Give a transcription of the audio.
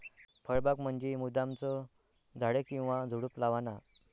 फळबाग म्हंजी मुद्दामचं झाडे किंवा झुडुप लावाना